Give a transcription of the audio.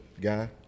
guy